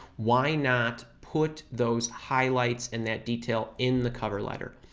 why not put those highlights and that detail in the cover letter?